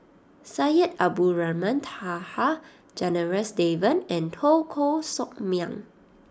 Syed Abdulrahman Taha Janadas Devan and Teo Koh Sock Miang